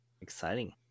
Exciting